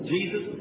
Jesus